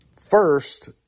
First